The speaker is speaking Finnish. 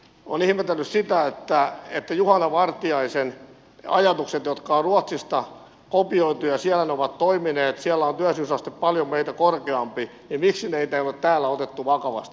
olen ihmetellyt sitä miksi juhana vartiaisen ajatuksia jotka on ruotsista kopioitu siellä ne ovat toimineet siellä on työllisyysaste paljon meitä korkeampi ei ole täällä otettu vakavasti